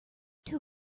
two